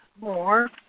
more